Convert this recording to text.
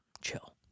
chill